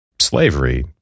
slavery